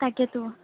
তাকেতো